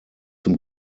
zum